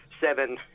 seven